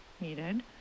needed